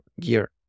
gear